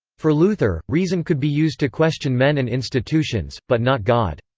for luther, reason could be used to question men and institutions, but not god.